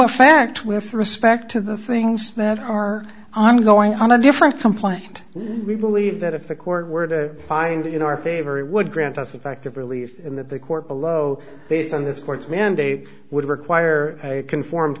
fact with respect to the things that are ongoing on a different complaint we believe that if the court were to find in our favor we would grant us effective relief and that the court below based on this court's mandate would require conformed